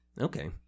Okay